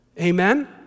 Amen